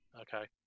Okay